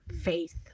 faith